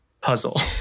puzzle